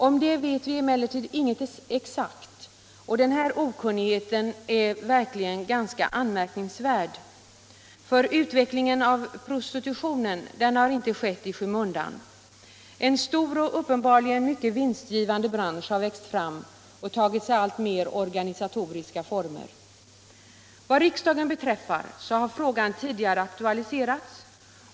Om det vet vi emellertid ingenting exakt, och denna okunnighct är verkligen ganska anmärkningsvärd, för utvecklingen av prostitutionen har inte skett i skymundan. En stor och uppenbarligen mycket vinstgivande ' bransch har växt fram och tagit sig alltmer organiserade former. I riksdagen har frågan tidigare aktualiserats.